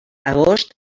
agost